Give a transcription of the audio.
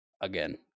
again